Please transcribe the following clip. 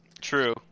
True